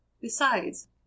Besides